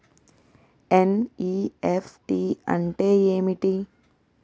NEFT అంటే ఏమిటి?